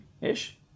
ish